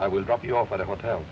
i will drop you off at a hotel